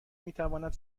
میتواند